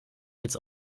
als